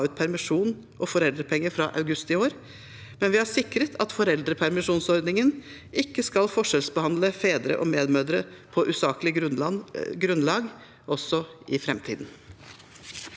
permisjon og foreldrepenger fra august i år, men også sikre at foreldrepermisjonsordningen ikke skal forskjellsbehandle fedre og medmødre på usaklig grunnlag i framtiden.